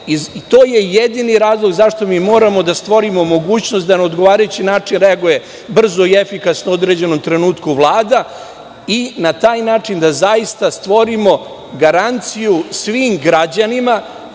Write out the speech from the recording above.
je jedini razlog zašto mi moramo da stvorimo mogućnost da na odgovarajući način reaguje, brzo i efikasno, u određenom trenutku Vlada i na taj način da zaista stvorimo garanciju svim građanima